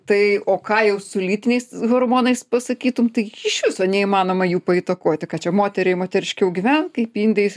tai o ką jau su lytiniais tais hormonais pasakytum tai iš viso neįmanoma jų įtakoti kad čia moteriai moteriškiau gyventi kaip indei